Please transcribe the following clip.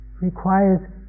requires